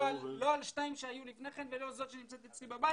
לא על השתיים שהיו לפני כן ולא זאת שנמצאת אצלי בבית.